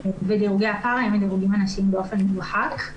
ודירוגי הפרא הם הדירוגים הנשיים באופן מובהק.